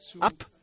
up